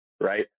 right